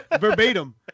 Verbatim